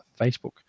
Facebook